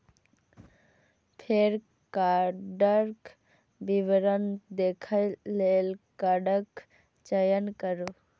फेर कार्डक विवरण देखै लेल कार्डक चयन करू